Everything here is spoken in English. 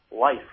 life